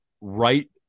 right